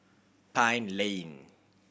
Pine Lane